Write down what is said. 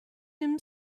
him